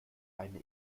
eine